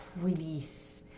release